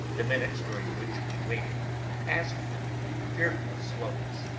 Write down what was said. the minutes during which we waited passed with fearful slowness.